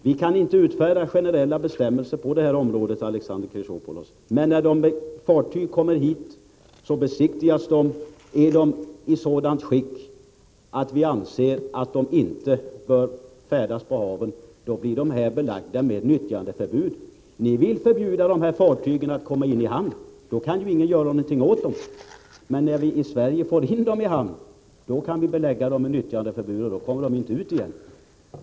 Vi kan inte utfärda generella bestämmelser på det här området, Alexander Chrisopoulos. Men när fartyg kommer hit besiktigas de. Är de i sådant skick att vi anser att de inte bör färdas på haven, blir de här belagda med nyttjandeförbud. Ni vill förbjuda de här fartygen att komma in i hamn. Då kan ju ingen göra någonting åt dem. Men när vi i Sverige får in dem i hamn, så kan vi belägga dem med nyttjandeförbud, och då kommer de inte ut igen.